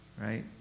Right